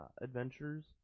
adventures